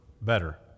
better